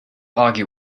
argue